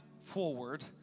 forward